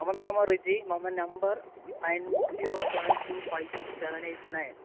मम नाम रुजि मम number nine zero seven two five six seven eight nine